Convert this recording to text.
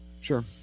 Sure